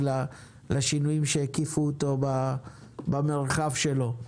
לשינויים שהקיפו אותו במרחב שלו.